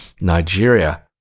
Nigeria